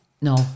No